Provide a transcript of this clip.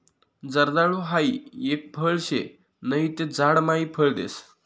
जर्दाळु हाई एक फळ शे नहि ते झाड मायी फळ देस